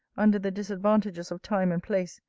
under the disadvantages of time and place,